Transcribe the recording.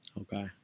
Okay